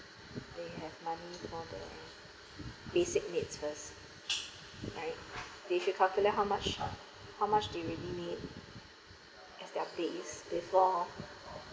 they have money for the basic needs first right they should calculate how much how much they really need as their base before